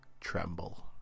Tremble